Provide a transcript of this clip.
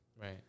Right